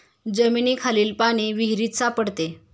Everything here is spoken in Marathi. जमिनीखालील पाणी विहिरीत सापडते